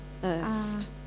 first